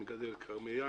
ומגדל כרמי יין.